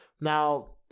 now